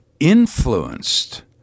influenced